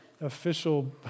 official